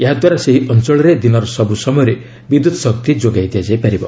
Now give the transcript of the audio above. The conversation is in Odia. ଏହାଦ୍ୱାରା ସେହି ଅଞ୍ଚଳରେ ଦିନର ସବୁ ସମୟରେ ବିଦ୍ୟୁତ୍ ଶକ୍ତି ଯୋଗାଇ ଦିଆଯାଇ ପାରିବ